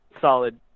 solid